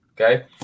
okay